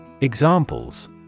Examples